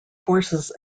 forces